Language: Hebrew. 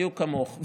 בדיוק כמוך.